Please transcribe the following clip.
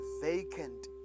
vacant